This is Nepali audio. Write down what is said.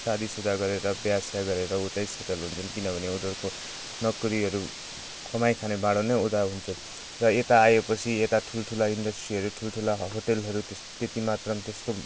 सादीसुदा गरेर बिहे स्या गरेर उतै सेटल हुन्छन् किनभने उनीहरूको नोकरीहरू कमाइ खाने भाँडो नै उतै हुन्छन् र यता आएपछि एता ठुल्ठुला इन्डस्ट्रीहरू ठुल्ठुला होटेलहरू त्यस त्यति मात्रामा त्यस्तो